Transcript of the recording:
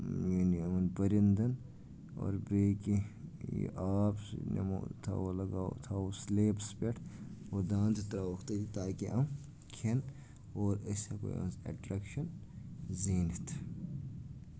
یعنی یِمَن پٔرِندَن اور بیٚیہِ کینٛہہ یہِ آب نِمو تھاوَو لگاوَو تھاوَو سٕلیبَس پٮ۪ٹھ اور دانہٕ تہِ ترٛاووکھ تٔتی تاکہِ یِم کھٮ۪ن اور أسۍ ہٮ۪کو یِہٕنٛز اٮ۪ٹرٛیکشَن زیٖنِتھ